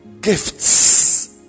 gifts